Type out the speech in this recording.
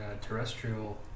terrestrial